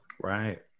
Right